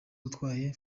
utwaye